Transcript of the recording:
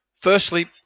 Firstly